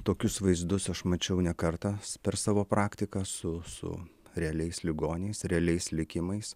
tokius vaizdus aš mačiau ne kartą per savo praktiką su su realiais ligoniais realiais likimais